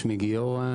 אני גיורא,